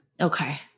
Okay